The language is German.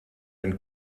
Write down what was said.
ein